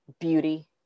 beauty